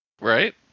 Right